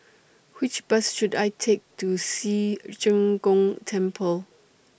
Which Bus should I Take to Ci Zheng Gong Temple